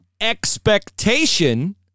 expectation